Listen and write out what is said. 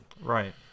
Right